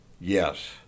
YES